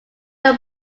are